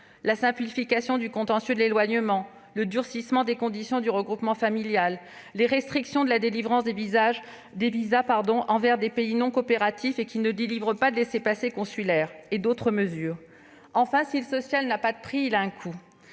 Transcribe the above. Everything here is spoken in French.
la simplification du contentieux de l'éloignement, du durcissement des conditions du regroupement familial, des restrictions à la délivrance de visas aux ressortissants de pays non coopératifs qui ne délivrent pas de laissez-passer consulaires. Si le social n'a pas de prix, il a un coût.